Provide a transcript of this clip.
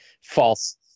false